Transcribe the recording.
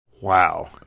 Wow